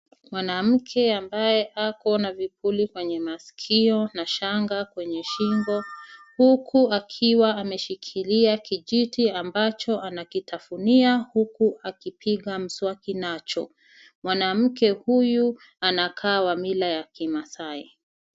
Mwanamke ambaye ako na vipuli kwenye masikio na shanga kwenye shingo huku akiwa ameshikilia kijiti ambacho anakitafunia huku akipiga mswaki nacho. Mwanamke huyu anakaa wa mila ya kimaasai.